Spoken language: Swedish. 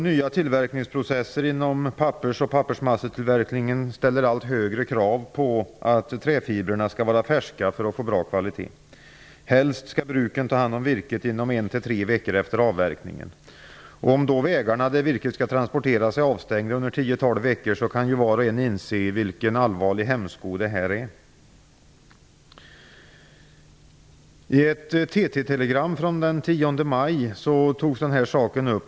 Nya tillverkningsprocesser inom pappers och pappersmassetillverkningen ställer allt högre krav på att träfibrerna skall vara färska för att man skall få bra kvalitet. Helst skall bruken ta hand om virket inom 1--3 veckor efter avverkningen. Om då vägarna, där virket skall transporteras, är avstängda under 10--12 veckor kan ju var och en inse vilken allvarlig hämsko detta är. I ett TT-telegram från den 10 maj togs denna fråga upp.